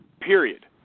period